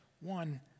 one